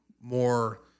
more